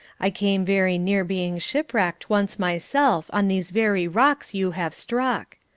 i came very near being shipwrecked once myself on these very rocks you have struck.